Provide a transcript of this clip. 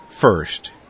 first